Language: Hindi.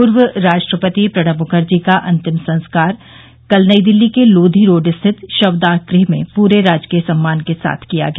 पूर्व राष्ट्रपति प्रणब मुखर्जी का अंतिम संस्कार कल नई दिल्ली के लोदी रोड स्थित शवदाह गृह में पूरे राजकीय सम्मान के साथ किया गया